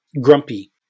grumpy